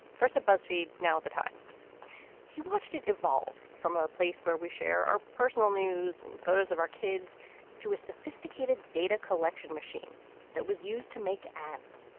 first of buzzfeed now at the times he watched it evolve from a place where we share our personal news and photos of our kids to a sophisticated data collection machine that was used to make ads.